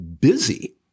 busy